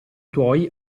tuoi